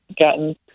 gotten